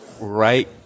right